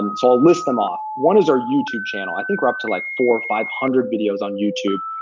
and so i'll list them off. one is our youtube channel. i think we're up to, like, four hundred or five hundred videos on youtube,